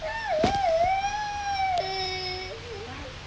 yeah lah little bit little cry I don't know